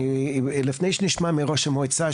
לפני שנשמע מראש המועצה,